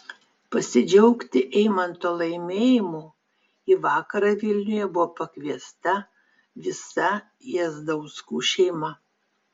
pasidžiaugti eimanto laimėjimu į vakarą vilniuje buvo pakviesta visa jazdauskų šeima